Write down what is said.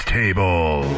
table